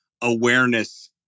awareness